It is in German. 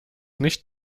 nicht